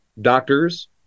doctors